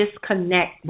disconnect